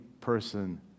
person